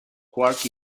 quark